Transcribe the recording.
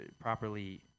properly